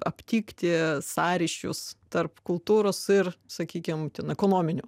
aptikti sąryšius tarp kultūros ir sakykim ten ekonominių